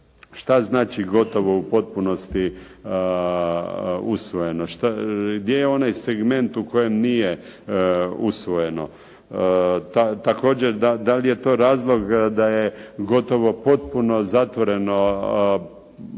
Što znači gotovo u potpunosti usvojeno? Gdje je onaj segment u kojem nije usvojeno? Također, da li je to razlog da je gotovo potpuno zatvoreno